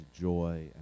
joy